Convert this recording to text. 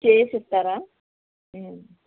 చేసిస్తారా